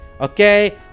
okay